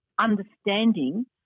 understanding